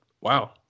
wow